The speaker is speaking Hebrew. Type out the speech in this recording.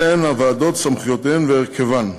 אלה הוועדות, סמכויותיהן והרכבן: